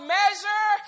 measure